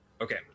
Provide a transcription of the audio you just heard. Okay